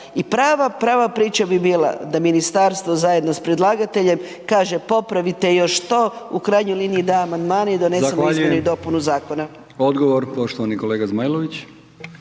prava priča bi bila da ministarstvo zajedno s predlagateljem kaže, popravite još to, u krajnjoj liniji, da amandmane i donese .../Upadica